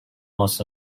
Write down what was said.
was